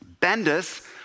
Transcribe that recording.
Bendis